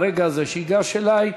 ברגע הזה ייגש אלי,